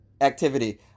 activity